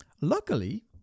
Luckily